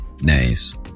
Nice